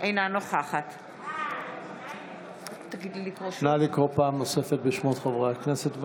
אינה נוכחת נא לקרוא פעם נוספת בשמות חברי הכנסת,